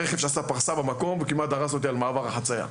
הרכב שעשה פרסה במקום וכמעט דרס אותי על מעבר החצייה.